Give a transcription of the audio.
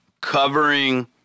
covering